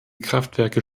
kraftwerke